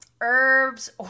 herbs